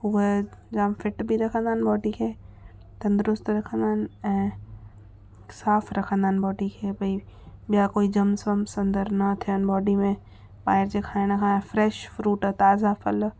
हूअ जाम फ़िट बि रखंदा आहिनि बॉडी खे तंदुरुस्तु रखंदा आहिनि ऐं साफ़ रखंदा आहिनि बॉडी खे भई ॿिया कोई जम्स वम्स अंदरि न थियनि बॉडी में ॿाहिरि जे खाइण खां फ़्रेश फ़्रूट ताज़ा फ़ल